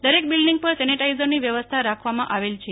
દરેક બિલ્ડીગ પર સેનેટાઇઝરની વ્યવસ્થા રાખવામાં આવેલ છે